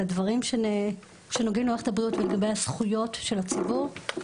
לדברים שנוגעים למערכת הבריאות ולגבי הזכויות של הציבור,